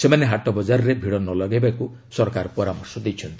ସେମାନେ ହାଟ ବକାରରେ ଭିଡ଼ ନଲଗାଇବାକୁ ସରକାର ପରାମର୍ଶ ଦେଇଛନ୍ତି